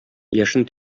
яшен